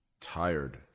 tired